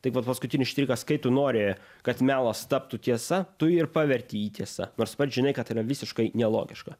taip vat paskutinis štrichas kai tu nori kad melas taptų tiesa tu ir paverti jį tiesa nors pats žinai kad tai yra visiškai nelogiška